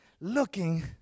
looking